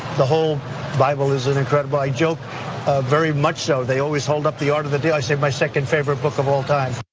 the whole bible is an incredible, i joke very much so, they always hold up the art of the day. i say, my second favorite book of all time.